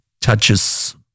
touches